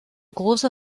große